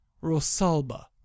Rosalba